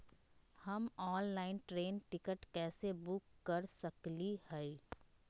हम online train ticket कैसे book कर सकली हई?